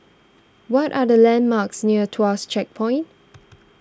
what are the landmarks near Tuas Checkpoint